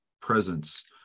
presence